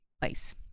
place